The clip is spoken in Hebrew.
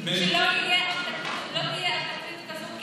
שלא תהיה עוד תקרית כזאת,